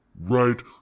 right